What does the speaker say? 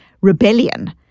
rebellion